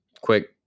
quick